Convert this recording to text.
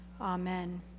Amen